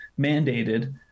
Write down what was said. mandated